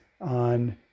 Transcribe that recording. on